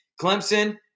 Clemson